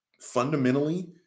Fundamentally